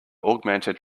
augmented